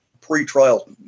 Pre-trial